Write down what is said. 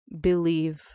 believe